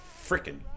freaking